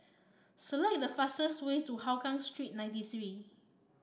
select the fastest way to Hougang Street ninety three